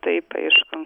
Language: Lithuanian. taip aišku